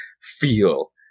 feel